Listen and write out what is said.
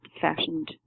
fashioned